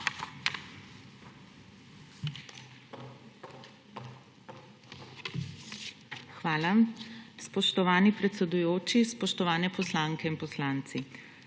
Hvala. Spoštovani predsedujoči, spoštovane poslanke in poslanci!